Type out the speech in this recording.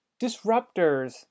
disruptors